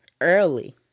early